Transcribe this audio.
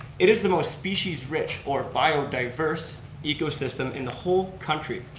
it is the most species rich, or biodiverse ecosystem in the whole country.